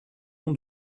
nom